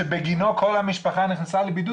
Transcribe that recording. כל המשפחה נכנסה לבידוד,